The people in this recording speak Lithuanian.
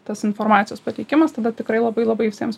tas informacijos pateikimas tada tikrai labai labai visiems